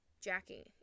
Jackie